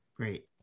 Great